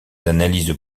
analystes